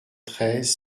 treize